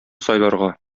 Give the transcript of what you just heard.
сайларга